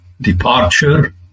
departure